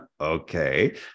okay